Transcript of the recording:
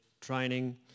training